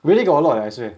really got a lot leh I swear